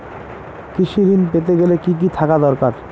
কৃষিঋণ পেতে গেলে কি কি থাকা দরকার?